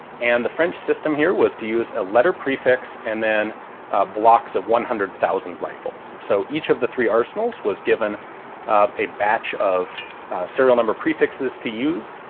and the french system here was to use a letter prefix and then blocks of one hundred thousand rifles. so each of the three arsenals was given a batch of serial number prefixes to use,